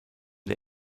der